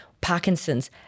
Parkinson's